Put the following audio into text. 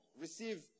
receive